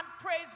praise